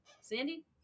Sandy